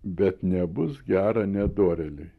bet nebus gera nedorėliui